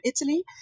Italy